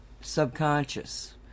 subconscious